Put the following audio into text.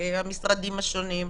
המשרדים השונים.